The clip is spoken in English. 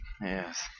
Yes